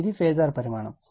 ఇది ఫేజార్ పరిమాణం